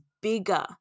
bigger